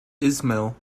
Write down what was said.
ismail